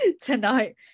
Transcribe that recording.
tonight